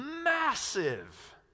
massive